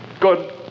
Good